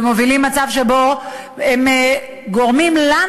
ומובילים מצב שבו הם גורמים לנו,